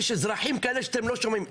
יש אזרחים כאלה שאתם לא שומעים,